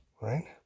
right